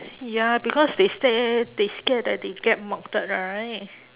ya because they say they scared that they get marked right